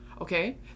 okay